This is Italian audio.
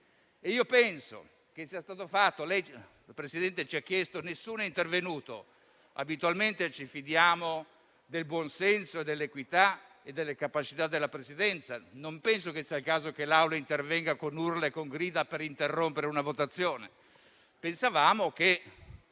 pasticcio che si è creato. La Presidente ci ha detto che nessuno è intervenuto; ma noi abitualmente ci fidiamo del buon senso, dell'equità e delle capacità della Presidenza. Non penso che sia il caso che l'Aula intervenga con urla e grida per interrompere una votazione; pensavamo che